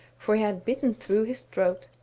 for he had bitten through his throat.